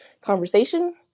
conversation